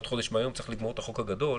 צריך לגמור את החוק הגדול.